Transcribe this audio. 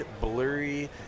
blurry